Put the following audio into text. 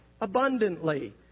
Abundantly